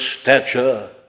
stature